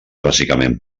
bàsicament